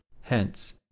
hence